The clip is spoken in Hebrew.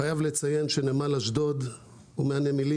אני חייב לציין שנמל אשדוד הוא מהנמלים